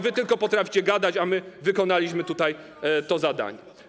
Wy tylko potraficie gadać, a my wykonaliśmy to zadanie.